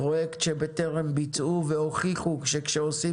פרויקט שבטרם ביצעו והוכיחו שכשעושים